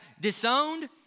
disowned